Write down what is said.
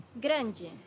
Grande